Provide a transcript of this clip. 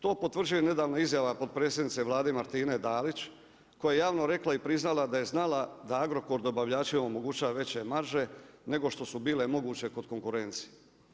To potvrđuje nedavna izjava potpredsjednice Vlade, Martine Dalić, koja je javno rekla i priznala da je znala da Agrokor dobavljačima, omogućuje veće marže, nego što su bile moguće kod konkurencije.